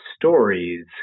stories